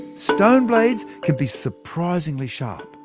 stone blades can be surprisingly sharp,